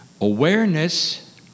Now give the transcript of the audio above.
awareness